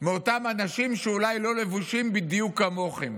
מאותם אנשים שאולי לא לבושים בדיוק כמוכם.